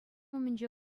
умӗнче